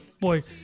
boy